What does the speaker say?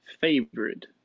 favorite